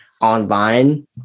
online